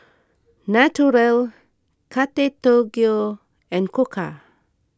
Naturel Kate Tokyo and Koka